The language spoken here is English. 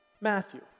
Matthew